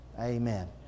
Amen